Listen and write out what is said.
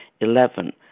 Eleven